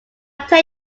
tell